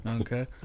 okay